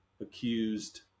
accused